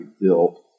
built